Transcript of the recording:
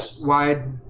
wide